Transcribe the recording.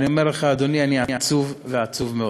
אני אומר לך, אדוני, אני עצוב, ועצוב מאוד.